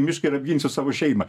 mišką ir apginsiu savo šeimą